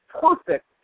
perfect